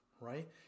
right